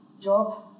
Job